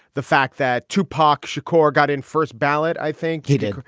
the fact that tupac shakur got in first ballot. i think he did.